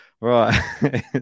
right